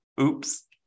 Oops